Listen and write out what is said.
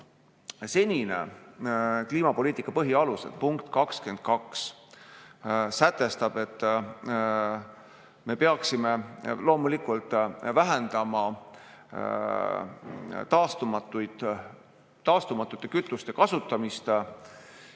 seniste kliimapoliitika põhialuste punkt 22 sätestab, et me peaksime loomulikult vähendama taastumatute kütuste kasutamist, ja